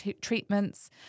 treatments